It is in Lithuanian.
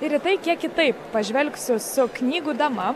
ir į tai kiek kitaip pažvelgsiu su knygų dama